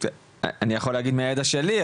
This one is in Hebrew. אני יכול להגיד מהידע שלי,